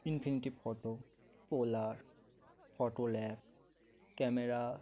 infinity photo polar photo lab camera